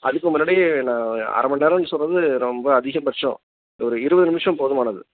அதுக்கு முன்னாடி நான் அரை மணி நேரன்னு சொன்னது ரொம்ப அதிகபட்சம் ஒரு இருபது நிமிஷம் போதுமானது